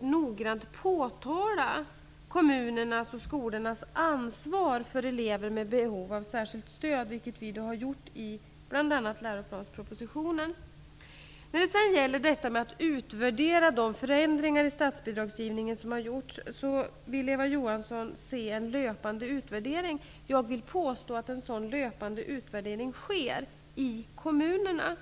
noggrant påtala kommunernas och skolornas ansvar för elever med behov av särskilt stöd, vilket regeringen har gjort i bl.a. Läroplanspropositionen. Eva Johansson vill se en löpande utvärdering av de förändringar i statsbidragen som gjorts. Jag vill påstå att en sådan löpande utvärdering sker i kommunerna.